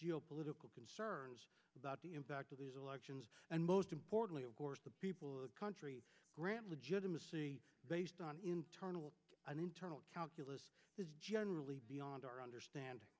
geopolitical concerns about the impact of these elections and most importantly of course the people of the country grant legitimacy based on internal an internal calculus is generally beyond our understanding